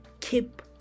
keep